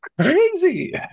Crazy